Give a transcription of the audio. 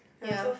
ya